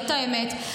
זאת האמת.